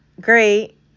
great